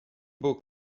book